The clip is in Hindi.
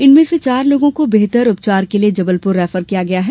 इसमें से चार लोगों को बेहतर उपचार के लिये जबलपुर भेजा गया है